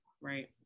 right